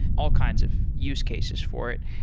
all kinds of use cases for it.